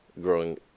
growing